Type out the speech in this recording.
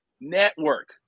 network